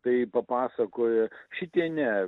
tai papasakoja šitie ne